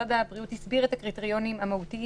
משרד הבריאות הסביר את הקריטריונים המהותיים